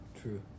true